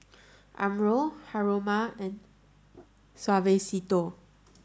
Umbro Haruma and Suavecito